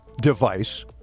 device